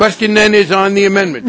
question is on the amendment